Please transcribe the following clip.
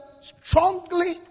strongly